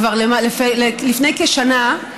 כבר לפני כשנה,